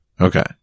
okay